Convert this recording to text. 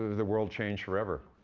the world changed forever.